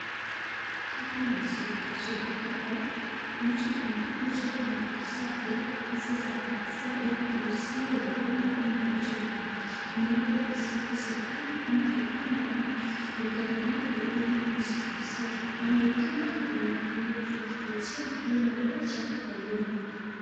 Hapa ni soko. Soko hapa mtu amekuja na vitu zake hasa za kimasai ili kuuzia warembo ama watu hapa. Ameleta vitu zake sokoni ama kibanda ama dukani lake ili kuuza vitu zake. Ameipanga kwa rangi iliyotofautia ili wateja waione vitu.